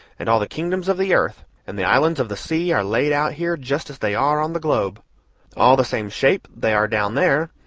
and all the kingdoms of the earth and the islands of the sea are laid out here just as they are on the globe all the same shape they are down there,